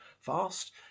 fast